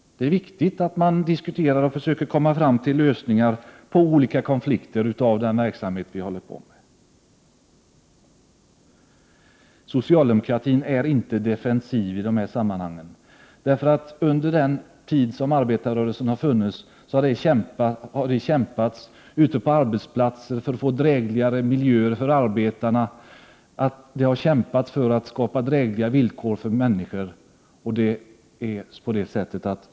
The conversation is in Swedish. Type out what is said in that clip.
Det är viktigt att man diskuterar och försöker komma fram till lösningar på olika konflikter i samband med den verksamhet som vi håller på med. Socialdemokratin är inte defensiv i dessa sammanhang. Under den tid som arbetarrörelsen har funnits har det kämpats ute på arbetsplatserna för dräglig miljö åt arbetarna, och det har kämpats för att skapa drägliga villkor för människorna.